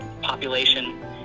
population